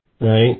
right